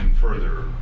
further